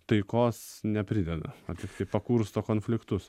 taikos neprideda o tiktai pakursto konfliktus